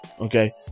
Okay